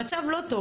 המצב לא טוב.